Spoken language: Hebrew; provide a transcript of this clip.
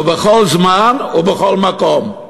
ובכל זמן ובכל מקום.